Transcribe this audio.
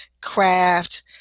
craft